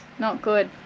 not good.